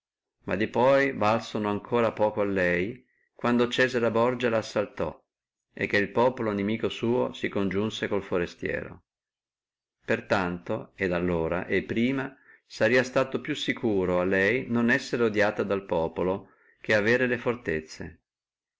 ma di poi valsono ancora a poco lei le fortezze quando cesare borgia lassaltò e che il populo suo inimico si coniunse co forestieri per tanto allora e prima sarebbe suto più sicuro a lei non essere odiata dal populo che avere le fortezze